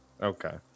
Okay